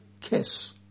kiss